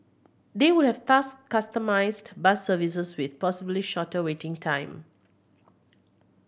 they would have thus customised bus services with possibly shorter waiting time